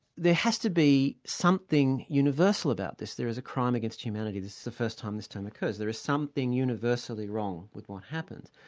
there has to be something universal about this, there is a crime against humanity, this is the first time this term occurs, there is something universally wrong with what happened.